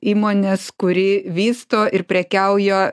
įmonės kuri vysto ir prekiauja